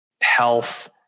health